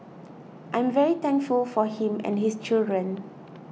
I'm very thankful for him and his children